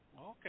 Okay